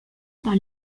par